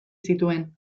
zituen